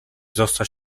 zostać